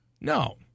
No